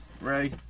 Ray